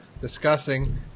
discussing